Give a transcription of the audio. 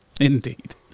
Indeed